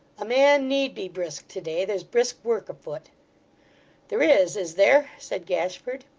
a man need be brisk to-day there's brisk work a-foot there is, is there said gashford.